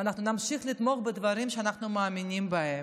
ונמשיך לתמוך בדברים שאנחנו מאמינים בהם.